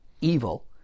evil